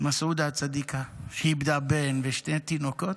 מסעודה הצדיקה, שאיבדה בן ושני תינוקות,